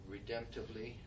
redemptively